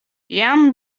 jam